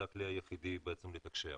זה הכלי היחידי בעצם לתקשר.